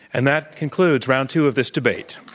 and that concludes round two of this debate.